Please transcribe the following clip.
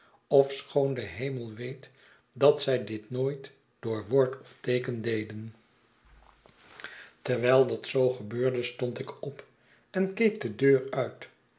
ofschoon de hemel weet dat zij dit nooit door woord of teeken deden terwijl dat zoo gebeurde stond ik op en keek de deur uit